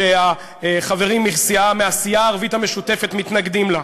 שהחברים מסיעה, מהסיעה הערבית המשותפת מתנגדים לה.